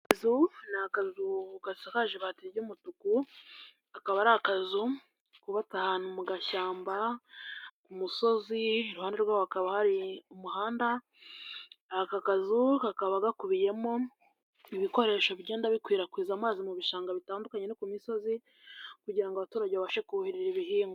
Inzu ni akazu gasakaje ibati ry'umutuku, kaba ari akazu kubatse ahantu mu gashyamba ku musozi, iruhande rwaho hakaba hari umuhanda, aka kazu kakaba gakubiyemo ibikoresho bigenda bikwirakwiza amazi mu bishanga bitandukanye no ku misozi kugira ngo abaturage babashe kuhirira ibihingwa.